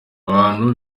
abantu